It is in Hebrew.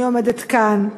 אני עומדת כאן,